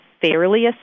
fairly